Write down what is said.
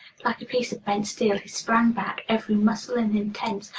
like a piece of bent steel he sprang back, every muscle in him tense,